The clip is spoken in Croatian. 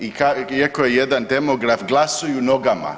Iako je jedan demograf, glasuju nogama.